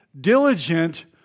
diligent